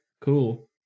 Cool